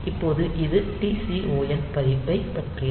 இப்போது இது TCON பதிவைப் பற்றியது